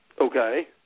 Okay